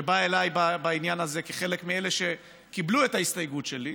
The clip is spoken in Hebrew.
שבא אליי בעניין הזה כאחד מאלה שקיבלו את ההסתייגות שלי,